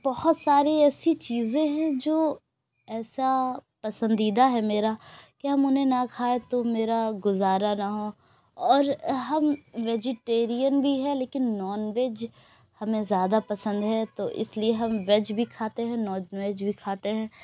بہت ساری ایسی چیزیں ہیں جو ایسا پسندیدہ ہے میرا کہ ہم انہیں نہ کھائیں تو میرا گزارا نہ ہو اور ہم ویجٹیرین بھی ہیں لیکن نان ویج ہمیں زیادہ پسند ہے تو اس لیے ہم ویج بھی کھاتے ہیں نان ویج بھی کھاتے ہیں